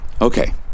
Okay